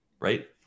right